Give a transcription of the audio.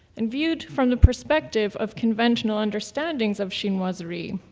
and viewed from the perspective of conventional understandings of chinoiserie,